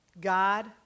God